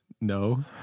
No